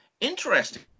Interesting